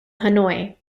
hanoi